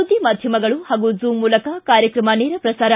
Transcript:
ಸುದ್ದಿ ಮಾಧ್ಯಮಗಳು ಹಾಗೂ ಜೂಮ್ ಮೂಲಕ ಕಾರ್ಯಕ್ರಮ ನೇರ ಪ್ರಸಾರ